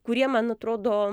kurie man atrodo